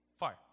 Fire